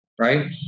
right